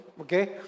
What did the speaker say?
okay